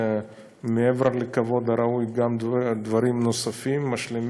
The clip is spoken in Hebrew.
ומעבר לכבוד הראוי, גם דברים נוספים, משלימים,